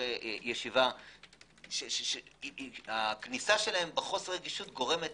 לישיבה שהכניסה שלהם בחוסר רגישות גורמת